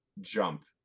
jump